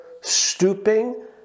stooping